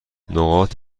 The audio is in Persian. نقاط